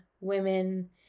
women